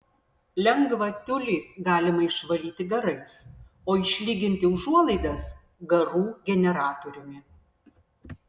lengvą tiulį galima išvalyti garais o išlyginti užuolaidas garų generatoriumi